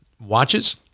Watches